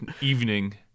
evening